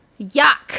Yuck